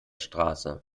straße